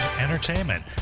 entertainment